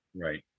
Right